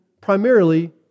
primarily